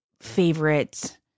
favorite